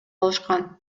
алышкан